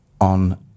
on